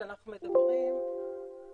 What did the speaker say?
כשאנחנו מדברים על